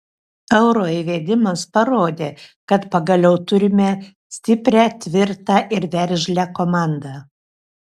euro įvedimas parodė kad pagaliau turime stiprią tvirtą ir veržlią komandą